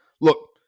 Look